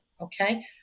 okay